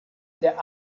der